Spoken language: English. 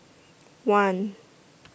one